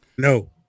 No